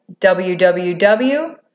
www